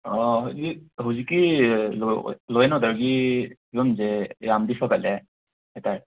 ꯍꯧꯖꯤꯛ ꯍꯧꯖꯤꯛꯀꯤ law and ꯑꯣꯗꯔꯒꯤ ꯐꯤꯕꯝꯁꯦ ꯌꯥꯝꯅꯗꯤ ꯐꯒꯠꯂꯦ ꯍꯥꯏꯇꯥꯔꯦ